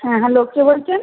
হ্যাঁ হ্যালো কে বলছেন